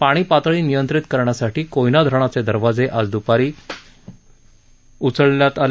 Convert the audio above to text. पाणी पातळी नियंत्रित करण्यासाठी कोयना धरणाचे दरवाजे आज द्पारी उचलण्यात आले